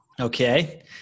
Okay